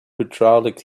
hydraulic